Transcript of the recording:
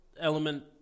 element